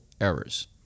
errors